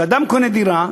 כשאדם קונה דירה,